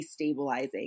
destabilizing